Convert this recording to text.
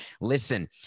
listen